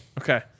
Okay